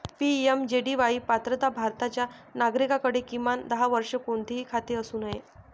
PMJDY पात्रता भारताच्या नागरिकाकडे, किमान दहा वर्षे, कोणतेही खाते असू नये